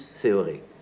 theory